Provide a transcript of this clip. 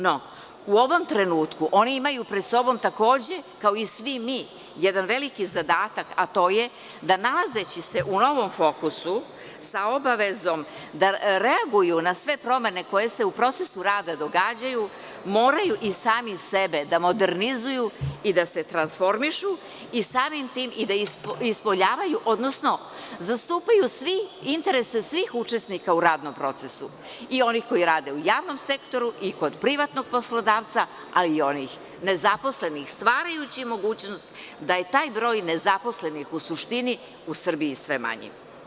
No, u ovom trenutku oni imaju pred sobom takođe, kao i svi mi, jedan veliki zadatak, a to je da nalazeći se u novom fokusu sa obavezom da reaguju na sve promene koje se u procesu rada događaju moraju i sami sebe da modernizuju i da se transformišu i samim tim i da ispoljavaju, odnosno zastupaju interese svih učesnika u radnom procesu, i onih koji rade u javnom sektoru, i kod privatnog poslodavca, a i onih nezaposlenih, stvarajući mogućnost da je taj broj nezaposlenih u suštini u Srbiji sve manji.